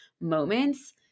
moments